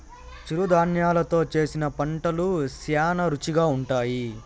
చిరుధాన్యలు తో చేసిన వంటలు శ్యానా రుచిగా ఉంటాయి